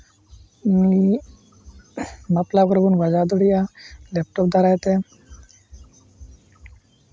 ᱵᱟᱯᱞᱟ ᱠᱚᱨᱮ ᱵᱚᱱ ᱵᱟᱡᱟᱣ ᱫᱟᱲᱮᱭᱟᱜᱼᱟ ᱞᱮᱯᱴᱚᱯ ᱫᱟᱨᱟᱭ ᱛᱮ